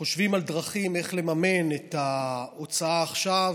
חושבים על דרכים איך לממן את ההוצאה עכשיו,